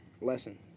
lesson